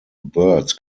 birds